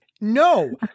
No